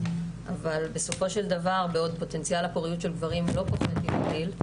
אבל בסופו של דבר בעוד פוטנציאל הפוריות של גברים לא פוחת עם הגיל,